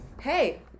hey